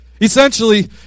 Essentially